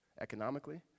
economically